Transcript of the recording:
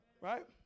Right